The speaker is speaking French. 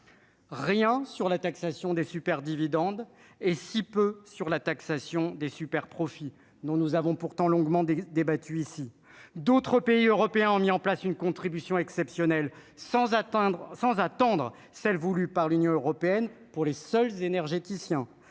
Rien sur la taxation des superdividendes et si peu sur la taxation des superprofits dont nous avons pourtant longuement débattu ici d'autres pays européens ont mis en place une contribution exceptionnelle, sans atteindre sans attendre celle voulue par l'Union européenne pour les seuls énergéticien